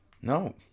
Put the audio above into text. No